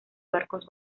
barcos